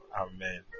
Amen